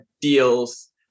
deals